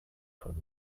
von